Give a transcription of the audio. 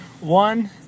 one